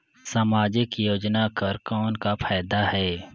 समाजिक योजना कर कौन का फायदा है?